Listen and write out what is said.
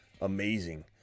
amazing